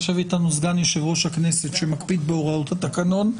יושב איתנו סגן יושב ראש הכנסת שמקפיד בהוראות התקנון.